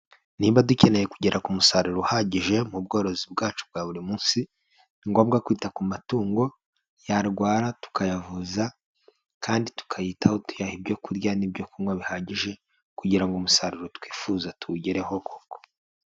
Niba dukeneye kugera ku musaruro uhagije mu bworozi bwacu bwa buri munsi, ni ngombwa kwita ku matungo, yarwara tukayavuza kandi tukayitaho tuyaha ibyo kurya n'ibyo kunywa bihagije, kugira ngo umusaruro twifuza tuwugereho koko.